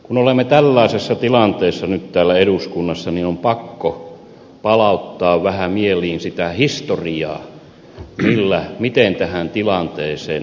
kun olemme tällaisessa tilanteessa nyt täällä eduskunnassa niin on pakko palauttaa vähän mieliin sitä historiaa miten tähän tilanteeseen on jouduttu